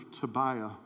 Tobiah